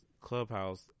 clubhouse